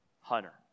Hunter